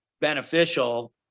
beneficial